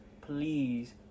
please